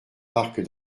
parc